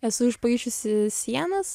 esu išpaišiusi sienas